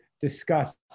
discuss